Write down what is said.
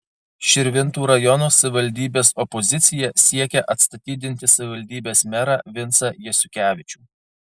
širvintų rajono savivaldybės opozicija siekia atstatydinti savivaldybės merą vincą jasiukevičių